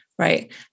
Right